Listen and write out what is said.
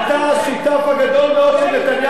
אתה השותף הגדול מאוד של נתניהו.